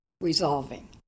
resolving